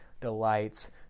delights